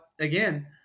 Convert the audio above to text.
again